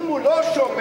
אם הוא לא שומע,